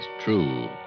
true